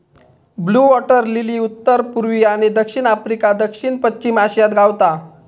blue water lily उत्तर पुर्वी आणि दक्षिण आफ्रिका, दक्षिण पश्चिम आशियात गावता